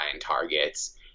targets